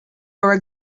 are